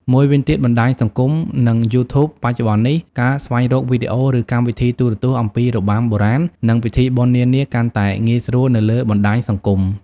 មួយវិញទៀតបណ្តាញសង្គម និង YouTube បច្ចុប្បន្ននេះ ការស្វែងរកវីដេអូ ឬកម្មវិធីទូរទស្សន៍អំពីរបាំបុរាណ និងពិធីបុណ្យនានាកាន់តែងាយស្រួលនៅលើបណ្តាញសង្គម។